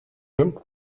him